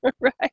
right